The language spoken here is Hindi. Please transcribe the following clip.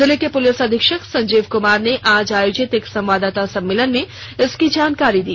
जिले के पुलिस अधीक्षक संजीव कुमार ने आज आयोजित एक संवाददाता सम्मेलन में इसकी जानकारी दी